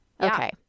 Okay